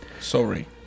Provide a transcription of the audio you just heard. Sorry